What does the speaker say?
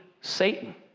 Satan